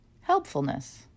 helpfulness